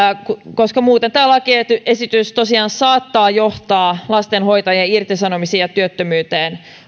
koska muuten tämä lakiesitys tosiaan saattaa johtaa lastenhoitajien irtisanomisiin ja työttömyyteen